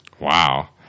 Wow